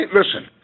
listen